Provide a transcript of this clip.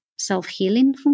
self-healing